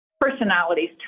personalities